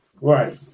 Right